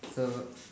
so